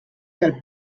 del